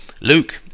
Luke